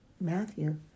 Matthew